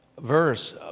verse